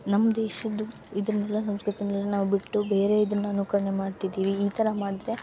ನಮ್ಮ ದೇಶದ ಇದನೆಲ್ಲ ಸಂಸ್ಕೃತಿನೆಲ್ಲ ನಾವು ಬಿಟ್ಟು ಬೇರೆ ಇದನ್ನ ಅನುಕರಣೆ ಮಾಡ್ತಿದ್ದೀವಿ ಈ ಥರ ಮಾಡಿದರೆ